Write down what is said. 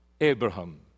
Abraham